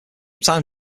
time